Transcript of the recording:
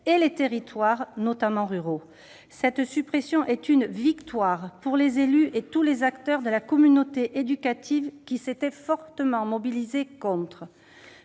et les territoires, notamment ruraux. Cette suppression est une victoire pour les élus et pour tous les acteurs de la communauté éducative qui s'étaient fortement mobilisés contre